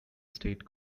state